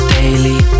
daily